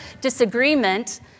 disagreement